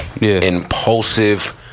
impulsive